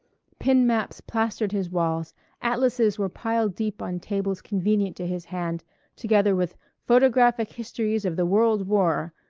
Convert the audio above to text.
pin maps plastered his walls atlases were piled deep on tables convenient to his hand together with photographic histories of the world war,